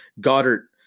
goddard